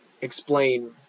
explain